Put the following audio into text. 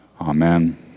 Amen